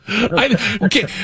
okay